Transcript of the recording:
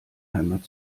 heimat